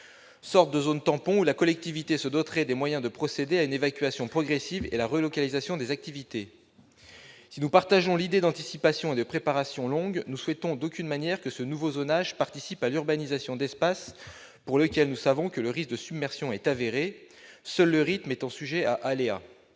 sorte de zone tampon où la collectivité se doterait des moyens de procéder à une évacuation progressive et à la relocalisation des activités. Si nous partageons l'idée d'anticipation et de préparation longue, nous ne souhaitons en aucune manière que ce nouveau zonage participe à l'urbanisation d'espaces pour lesquels le risque de submersion est avéré, seul le rythme étant sujet à aléa.